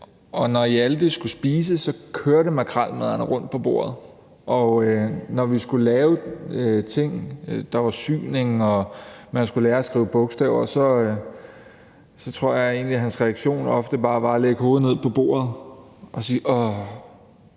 og når Hjalte skulle spise, kørte makrelmadderne rundt på bordet, og når vi skulle lave ting – der var syning, og man skulle lære at skrive bogstaver – så tror jeg egentlig, hans reaktion ofte bare var at lægge hovedet ned på bordet og sige: Åh.